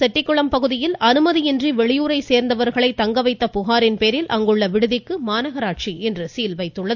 நாகர்கோவில் செட்டிக்குளம் பகுதியில் அனுமதியின்றி வெளியூரை சேர்ந்தவர்களை தங்க வைத்த புகாரின் பேரில் அங்குள்ள விடுதிக்கு மாநகராட்சி இன்று சீல் வைத்துள்ளது